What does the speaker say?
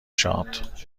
شاد